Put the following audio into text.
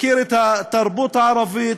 מכיר את התרבות הערבית,